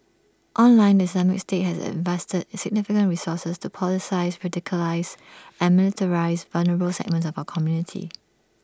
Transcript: online the Islamic state has invested significant resources to politicise radicalise and militarise vulnerable segments of our community